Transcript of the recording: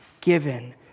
given